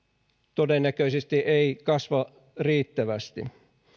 todennäköisesti ei kasva riittävästi